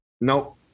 Nope